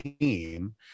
team